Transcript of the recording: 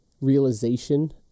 realization